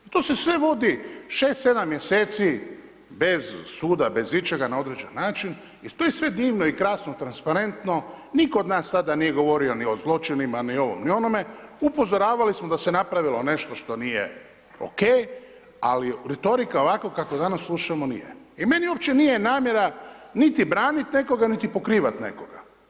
To se sve vodi šest, sedam bez ičega na određen način i to je sve divno i krasno, transparentno, nitko od nas sada nije govorio ni o zločinima, ni ovom, ni onome, upozoravali smo da se napravilo nešto što nije ok, ali retorika ovako kako danas slušamo nije i meni uopće nije namjera niti branit nekoga, niti pokrivat nekoga.